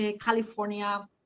California